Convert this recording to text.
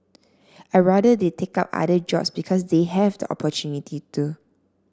I'd rather they take up other jobs because they have the opportunity to